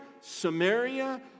Samaria